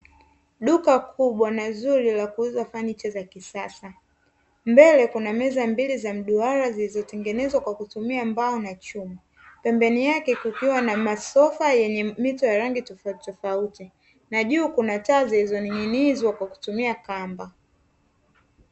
Duka kubwa na zuri la kuuza fenicha za kisasa, mbele Kuna meza mbili za mduara zilizotengenezwa kwa kutumia mbao na chuma. Pembeni yake kukiwa na masofa yenye mito ya rangi tofautitofauti na juu kuna taa iliyoning'inizwa kwa kutumia kamba.